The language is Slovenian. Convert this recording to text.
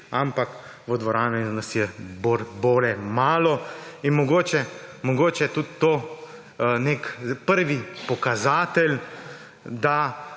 ampak v dvorani nas je bore malo. Mogoče je tudi to nek prvi pokazatelj, da